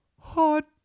Hot